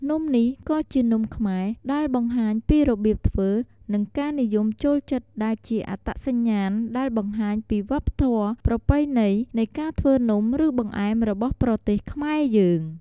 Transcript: នំនេះក៏ជានំខ្មែរដែលបង្ហាញពីរបៀបធ្វើនិងការនិយមចូលចិត្តដែលជាអត្តសញ្ញាណដែលបង្ហាញពីវប្បធម៌ប្រពៃណីនៃការធ្វើនំឬបង្អែមរបស់ប្រទេសខ្មែរយើង។